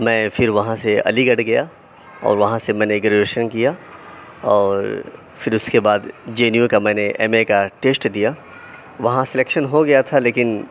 میں پھر وہاں سے علی گڑھ گیا اور وہاں سے میں نے گریجویشن کیا اور پھر اس کے بعد جے این یو کا میں نے ایم اے کا ٹیسٹ دیا وہاں سلیکشن ہو گیا تھا لیکن